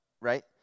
Right